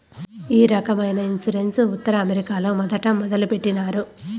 ఈ రకమైన ఇన్సూరెన్స్ ఉత్తర అమెరికాలో మొదట మొదలుపెట్టినారు